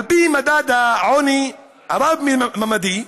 על-פי מדד העוני הרב-ממדי,